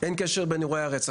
אין קשר בין אירועי הרצח.